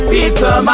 Peter